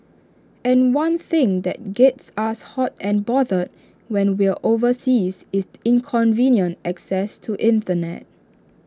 and one thing that gets us hot and bothered when we're overseas is inconvenient access to Internet